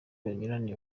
banyuranye